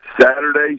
Saturday